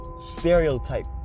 stereotype